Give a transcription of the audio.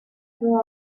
her